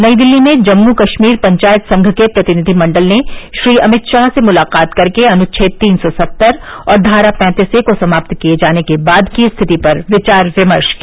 नई दिल्ली में जम्मू कश्मीर पंचायत संघ के प्रतिनिधिमंडल ने श्री अमित शाह से मुलाकात कर के अनुच्छेद तीन सौ सत्तर और धारा पैंतीस ए को समाप्त किए जाने के बाद की स्थिति पर विचार विमर्श किया